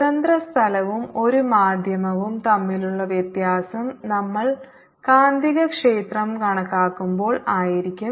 സ്വതന്ത്ര സ്ഥലവും ഒരു മാധ്യമവും തമ്മിലുള്ള വ്യത്യാസം നമ്മൾ കാന്തികക്ഷേത്രം കണക്കാക്കുമ്പോൾ ആയിരിക്കും